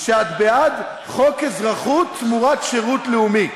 שאת בעד חוק אזרחות תמורת שירות לאומי,